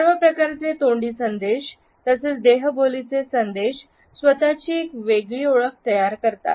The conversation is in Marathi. सर्व प्रकारचे तोंडी संदेश तसेच देहबोलीचे संदेश स्वतःची एक वेगळी ओळख तयार करतात